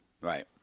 Right